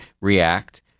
react